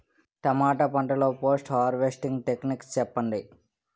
టమాటా పంట లొ post harvesting techniques చెప్పండి?